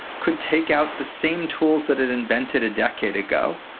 could take out the same tools that it invented a decade ago,